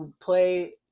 play